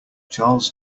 charles